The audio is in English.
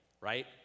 right